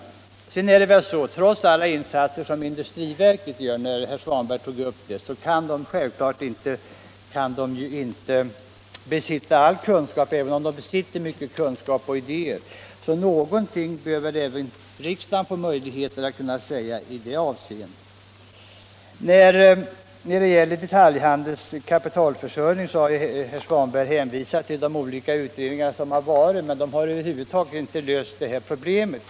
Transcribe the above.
Herr Svanberg tog upp alla insatser som industriverket gör. Men trots dem är det självklart att verket inte kan sitta inne med all kunskap, och även om dess tjänstemän besitter mycken kunskap och har många bra idéer, bör väl också riksdagen ha möjlighet att säga sin mening i det avseendet. När det gäller detaljhandelns kapitalförsörjning har herr Svanberg hänvisat till de olika utredningar som har företagits, men de har inte kunnat lösa det här problemet.